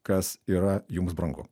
kas yra jums brangu